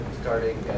starting